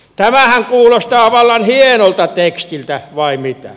tämähän kuulostaa vallan hienolta tekstiltä vai mitä